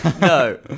No